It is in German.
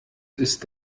ist